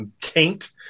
taint